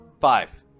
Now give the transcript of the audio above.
Five